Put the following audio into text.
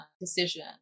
decision